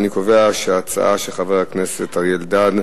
אני קובע שההצעה של חבר הכנסת אריה אלדד,